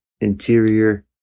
interior